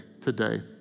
today